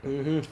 mmhmm